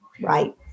Right